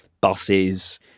buses